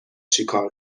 چیکار